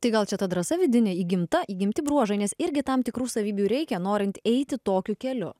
tai gal čia ta drąsa vidinė įgimta įgimti bruožai nes irgi tam tikrų savybių reikia norint eiti tokiu keliu